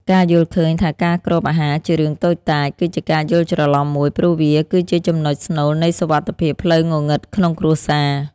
ការយល់ឃើញថាការគ្របអាហារជារឿងតូចតាច គឺជាការយល់ច្រឡំមួយ ព្រោះវាគឺជាចំណុចស្នូលនៃសុវត្ថិភាពផ្លូវងងឹតក្នុងគ្រួសារ។